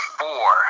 four